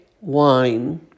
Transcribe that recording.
wine